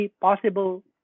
possible